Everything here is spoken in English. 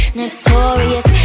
notorious